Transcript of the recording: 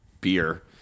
beer